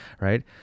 right